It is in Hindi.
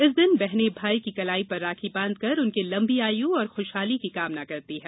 इस दिन बहने भाई की कलाई पर राखी बांधकर उनके लम्बी आयु और खुशहाली की कामना करती हैं